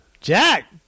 Jack